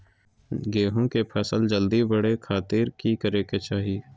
गेहूं के फसल जल्दी बड़े खातिर की करे के चाही?